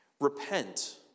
Repent